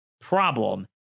problem